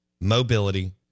mobility